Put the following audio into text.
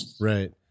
Right